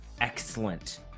excellent